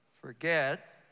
forget